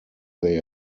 they